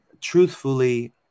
truthfully